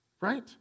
Right